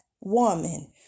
woman